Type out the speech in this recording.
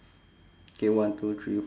K one two three